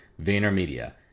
VaynerMedia